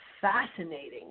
fascinating